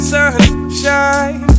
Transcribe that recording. Sunshine